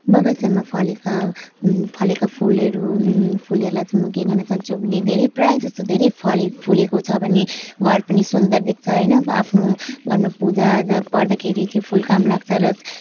बगैँचामा फलेका फलेका फुलहरू फुलहरूलाई चाहिँ म के गर्न चाहन्छु भने धेरै प्रायः जस्तो धेरै फलेको फुलेको छ भने घर पनि सुन्दर देख्छ होइन अब आफ्नो घरमा पूजा आजा पर्दाखेरि त्यो फुल काम लाग्छ र